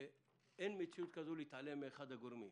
שאין מציאות כזו, להתעלם מאחד הגורמים.